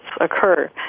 occur